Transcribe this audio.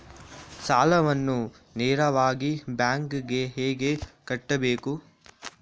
ಸಾಲವನ್ನು ನೇರವಾಗಿ ಬ್ಯಾಂಕ್ ಗೆ ಹೇಗೆ ಕಟ್ಟಬೇಕು?